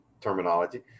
terminology